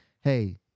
hey